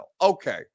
Okay